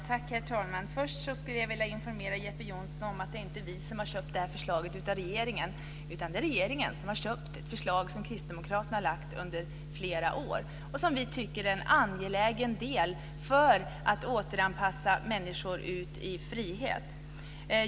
Herr talman! Först skulle jag vilja informera Jeppe Johnsson om att det inte är vi som har köpt det här förslaget från regeringen, utan det är regeringen som har köpt ett förslag som kristdemokraterna har lagt fram under flera år och som vi tycker är angeläget för att återanpassa människor till friheten.